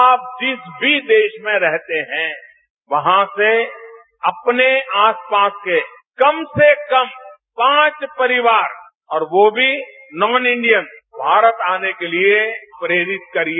आप जिस भी देश में रहते हैं वहां से अपने आसपास के कम र्स कम पांच परिवार और वह भी नॉन इंडियन भारत आने के लिए प्रेरित करिए